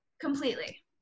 Completely